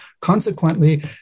Consequently